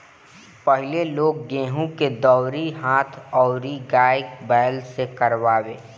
पहिले लोग गेंहू के दवरी हाथ अउरी गाय बैल से करवावे